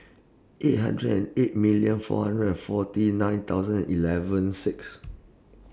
eight hundred and eight million four hundred and forty nine thousand eleven six